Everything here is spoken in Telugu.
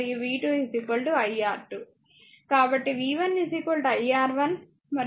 కాబట్టి v 1 i R1 మరియు v 2 i R2